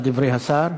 על דברי השר,